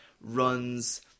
runs